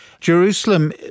Jerusalem